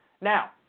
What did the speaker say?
Now